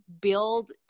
build